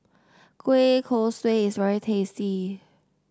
Kueh Kosui is very tasty